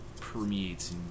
permeates